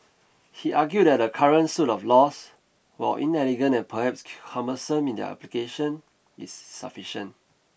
he argued that the current suite of laws while inelegant and perhaps cumbersome in their application is sufficient